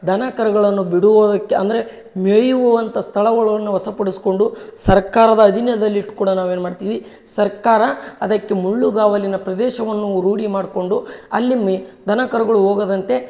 ದನ ಕರುಗಳನ್ನು ಬಿಡುವುದಕ್ಕೆ ಅಂದರೆ ಮೇಯುವಂಥ ಸ್ಥಳಗಳನ್ನು ವಶಪಡ್ಸ್ಕೊಂಡು ಸರ್ಕಾರದ ಅಧೀನದಲ್ಲಿ ಇಟ್ಟು ಕೂಡ ನಾವು ಏನು ಮಾಡ್ತೀವಿ ಸರ್ಕಾರ ಅದಕ್ಕೆ ಮುಳ್ಳುಗಾವಲಿನ ಪ್ರದೇಶವನ್ನು ರೂಢಿ ಮಾಡಿಕೊಂಡು ಅಲ್ಲಿ ಮೆ ದನ ಕರುಗಳು ಹೋಗದಂತೆ